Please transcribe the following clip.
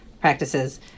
practices